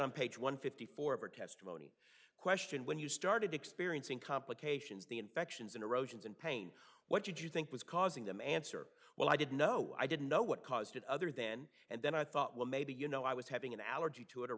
on page one fifty four of her testimony question when you started experiencing complications the infections in erosions and pain what did you think was causing them answer well i did no i didn't know what caused it other then and then i thought well maybe you know i was having an allergy to it or